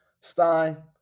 Stein